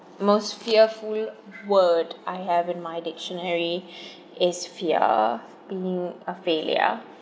most fearful word I have in my dictionary is fear being a failure